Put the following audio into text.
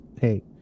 hey